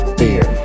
fear